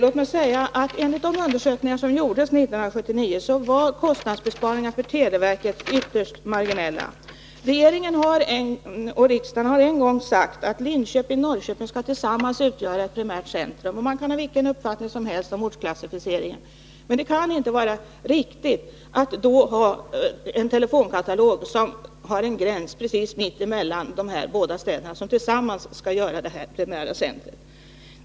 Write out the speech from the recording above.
Herr talman! Enligt de undersökningar som gjordes 1979 var kostnadsbesparingarna för televerket ytterst marginella. Regeringen och riksdagen har en gång sagt att Linköping och Norrköping tillsammans skall utgöra ett primärt centrum. Man kan ha vilken uppfattning som helst om ortsklassificeringen, men det kan inte vara riktigt att då ha en katalog vars gräns går precis mitt emellan dessa båda städer, som tillsammans skall utgöra ett primärt centrum.